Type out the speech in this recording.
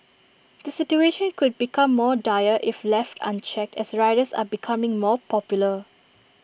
the situation could become more dire if left unchecked as riders are becoming more popular